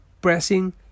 pressing